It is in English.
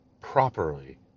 properly